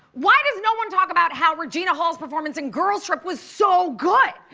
why does no one talk about how regina hall's performance in girls trip was so good?